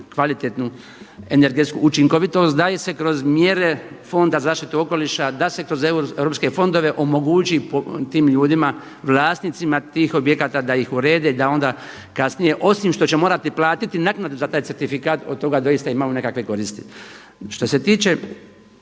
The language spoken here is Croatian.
kvalitetnu energetsku učinkovitost daje se kroz mjere Fonda za zaštitu okoliša da se kroz europske fondove omogući tim ljudima, vlasnicima tih objekata da ih urede, da onda kasnije osim što će morati platiti naknadu za taj certifikat od toga doista imaju nekakve koristi. Što se tiče